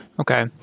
Okay